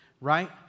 right